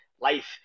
life